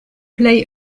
plej